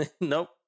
Nope